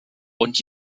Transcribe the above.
und